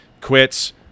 quits